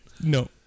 No